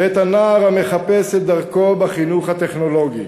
ואת הנער המחפש את דרכו בחינוך הטכנולוגי.